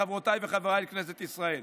חברותיי וחבריי לכנסת ישראל,